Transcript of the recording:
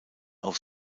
auf